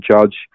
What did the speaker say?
Judge